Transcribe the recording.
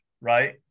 Right